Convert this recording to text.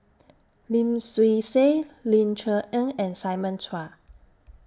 Lim Swee Say Ling Cher Eng and Simon Chua